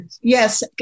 Yes